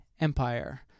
Empire